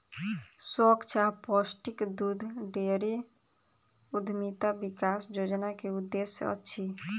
स्वच्छ आ पौष्टिक दूध डेयरी उद्यमिता विकास योजना के उद्देश्य अछि